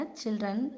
children